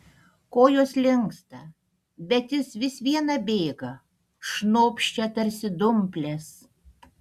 kojos linksta bet jis vis viena bėga šnopščia tarsi dumplės